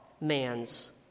man's